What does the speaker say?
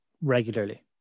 regularly